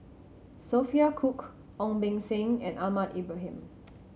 Sophia Cooke Ong Beng Seng and Ahmad Ibrahim